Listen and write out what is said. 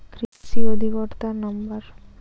কৃষি অধিকর্তার নাম্বার?